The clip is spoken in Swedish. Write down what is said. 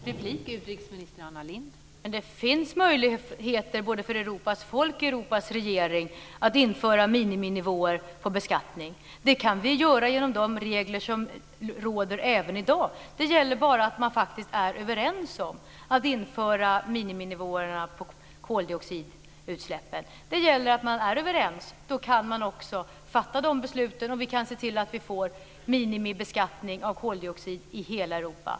Fru talman! Det finns möjligheter både för Europas folk och Europas regeringar att införa miniminivåer på beskattning. Det kan vi göra genom de regler som råder även i dag. Det gäller bara att man faktiskt är överens om att införa miniminivåer på koldioxidutsläppen. Det gäller att man är överens, då kan man också fatta de besluten. På det viset kan vi se till att vi får minimibeskattning av koldioxid i hela Europa.